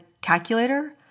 calculator